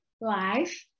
life